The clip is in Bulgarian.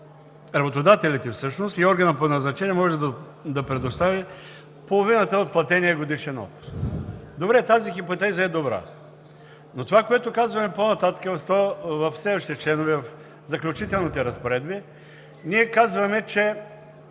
работодателите и органът по назначаване могат да предоставят половината от платения годишен отпуск. Добре. Тази хипотеза е добра, но това, което казваме по-нататък в следващите членове, в Заключителните разпоредби, е, че